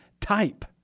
type